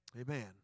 Amen